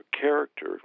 character